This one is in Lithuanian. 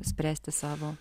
spręsti savo